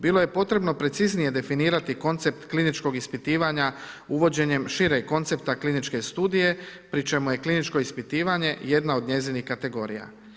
Bilo je potrebno preciznije definirati koncept kliničkog ispitivanja uvođenjem šireg koncepta kliničke studije pri čemu je kliničko ispitivanje jedna od njezinih kategorija.